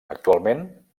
actualment